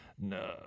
No